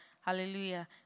hallelujah